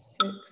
six